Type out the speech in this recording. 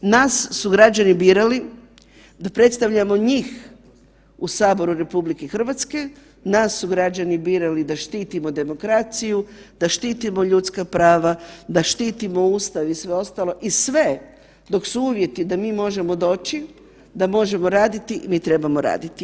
Nas su građani birali da predstavljamo njih u saboru RH, nas su građani birali da štitimo demokraciju, da štitimo ljudska prava, da štitimo Ustav i sve ostalo i sve dok su uvjeti da mi možemo doći, da možemo raditi, mi trebamo raditi.